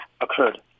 occurred